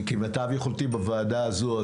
אני כמיטב יכולתי בוועדה הזו,